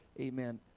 Amen